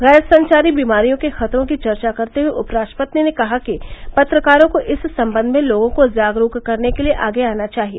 गैर संचारी वीमारियों के खतरों की चर्चा करते हुए उपराष्ट्रपति ने कहा कि पत्रकारों को इस संबंध में लोगों को जागरूक करने के लिए आगे आना चाहिए